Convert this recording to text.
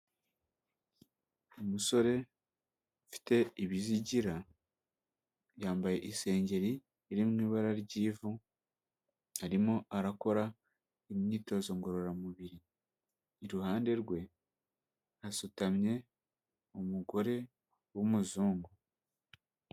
Umusore ufite ibizigira, yambaye isengeri iri mu ibara ry'ivu, arimo arakora imyitozo ngororamubiri, iruhande rwe hasutamye umugore w'umuzungu.